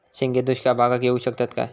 शेंगे दुष्काळ भागाक येऊ शकतत काय?